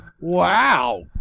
Wow